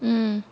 mm